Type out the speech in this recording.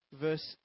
Verse